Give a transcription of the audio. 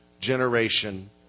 generation